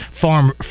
farm